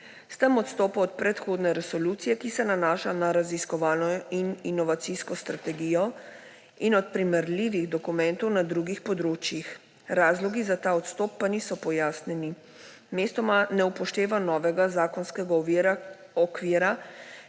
S tem odstopa od predhodne resolucije, ki se nanaša na raziskovalno in inovacijsko strategijo, in od primerljivih dokumentov na drugih področjih, razlogi za ta odstop pa niso pojasnjeni. Mestoma ne upošteva novega zakonskega okvira,